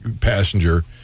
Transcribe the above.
passenger